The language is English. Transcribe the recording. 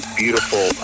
beautiful